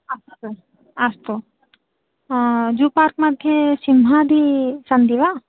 अस्तु अस्तु zoo park मध्ये सिंहादि सन्ति वा